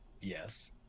Yes